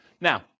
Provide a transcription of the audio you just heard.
Now